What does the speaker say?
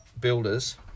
builders